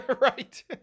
Right